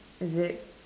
is it